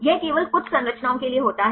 यह केवल कुछ संरचनाओं के लिए होता है